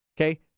okay